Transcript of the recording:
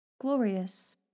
glorious